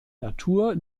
natur